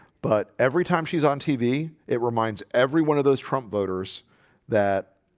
but every time she's on tv it reminds everyone of those trump voters that